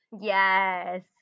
Yes